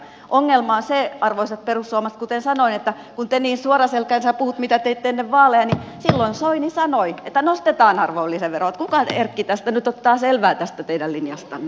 ongelma on se arvoisat perussuomalaiset kuten sanoin että kun te niin suoraselkäisinä puhutte mitä teitte ennen vaaleja niin silloin soini sanoi että nostetaan arvonlisäveroa niin että kuka erkki tästä nyt ottaa selvää tästä teidän linjastanne